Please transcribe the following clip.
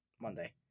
Monday